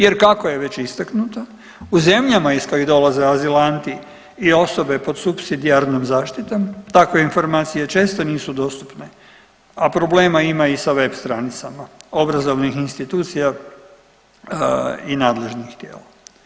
Jer kako je već istaknuto u zemljama iz kojih dolaze azilanti i osobe pod supsidijarnom zaštitom takve informacije često nisu dostupne, a problema ima i sa web stranicama obrazovnih institucija i nadležnih tijela.